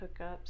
hookups